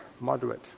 moderate